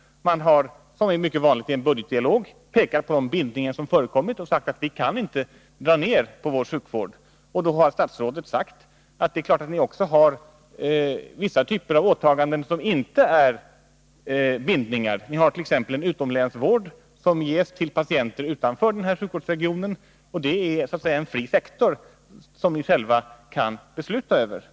Man har — vilket är mycket vanligt i en budgetdialog — pekat på de bindningar som har förekommit och sagt: Vi kan inte dra ner på vår sjukvård. Då har statsrådet svarat: Det är klart att ni också har vissa typer av åtaganden som inte är bindningar. Ni har t.ex. en utomlänsvård som ges till patienter utanför sjukvårdsregionen, och det är så att säga en fri sektor, som ni själva kan bestämma över.